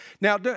Now